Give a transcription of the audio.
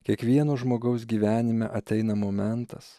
kiekvieno žmogaus gyvenime ateina momentas